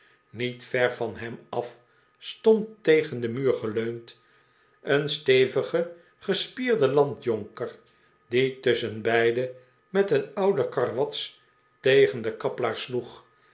niet ver van hem af stond tegen den muur geleund een stevige gespierde landjonker die tusschenbeide met een oude karwats tegen de kaplaafs sloeg